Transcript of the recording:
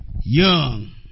young